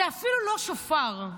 זה אפילו לא שופר,